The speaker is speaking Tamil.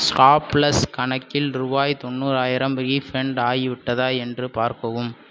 ஷாப்ளஸ் கணக்கில் ரூபாய் தொண்ணூறாயிரம் ரீஃபண்ட் ஆகிவிட்டதா என்று பார்க்கவும்